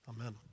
Amen